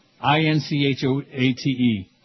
I-N-C-H-O-A-T-E